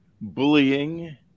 bullying